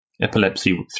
epilepsy